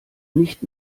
nicht